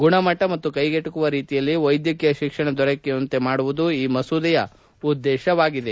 ಗುಣಮಟ್ಟ ಮತ್ತು ಕೈಗೆಟಕುವ ರೀತಿಯಲ್ಲಿ ವೈದ್ಯಕೀಯ ಶಿಕ್ಷಣ ದೊರೆಯುವಂತೆ ಮಾಡುವುದು ಈ ಮಸೂದೆಯ ಉದ್ದೇಶವಾಗಿದೆ